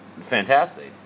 fantastic